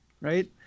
right